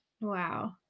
Wow